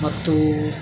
ಮತ್ತು